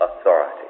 authority